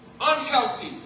Unhealthy